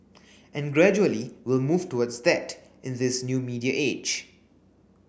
and gradually we'll move towards that in this new media age